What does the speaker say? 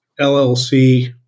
LLC